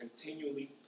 continually